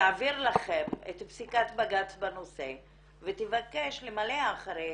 תעביר לכם את פסיקת בג"צ בנושא ותבקש למלא אחרי